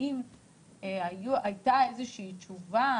האם הייתה תשובה,